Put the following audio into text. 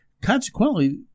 consequently